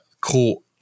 caught